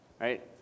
right